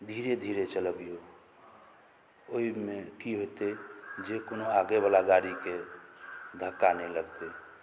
धीरे धीरे चलबियौ ओहिमे की होतै जे कोनो आगे बला गाड़ीके धक्का नहि लगतै